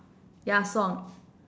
ya song